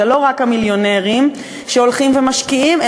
זה לא רק המיליונרים שהולכים ומשקיעים,